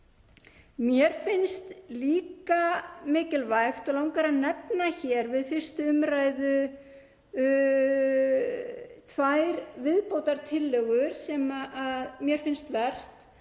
Mér finnst líka mikilvægt og langar að nefna hér við 1. umræðu tvær viðbótartillögur sem mér finnst vert